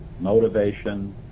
motivation